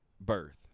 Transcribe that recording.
birth